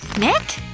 nick?